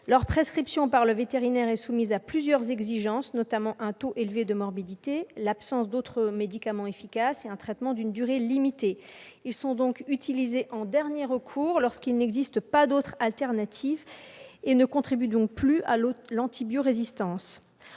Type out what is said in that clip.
Leur prescription par le vétérinaire est soumise à plusieurs exigences, notamment un taux élevé de morbidité, l'absence d'autres médicaments efficaces et une durée limitée de traitement. Ils sont donc utilisés en dernier recours, lorsqu'il n'existe pas d'autre solution, et ne contribuent plus à l'antibiorésistance.